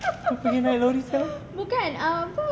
kau pergi naik lori sekarang